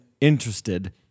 interested